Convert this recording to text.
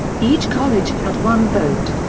each college had one vote.